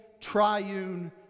triune